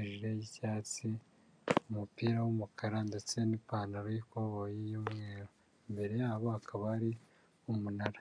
ijire y'icyatsi, umupira w'umukara ndetse n'ipantaro y'ikoboyi y'umweru, imbere yabo hakaba hari umunara.